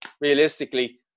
realistically